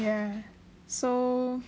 yeah so